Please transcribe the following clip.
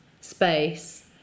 space